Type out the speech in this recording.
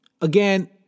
Again